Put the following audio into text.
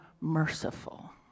merciful